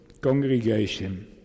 congregation